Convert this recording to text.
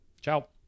Ciao